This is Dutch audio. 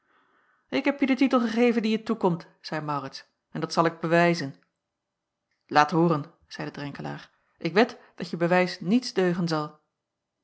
ik heb je den titel gegeven die je toekomt zeî maurits en dat zal ik bewijzen laat hooren zeide drenkelaer ik wed dat je bewijs niets deugen zal